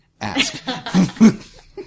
ask